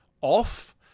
off